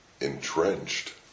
entrenched